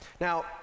Now